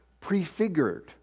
prefigured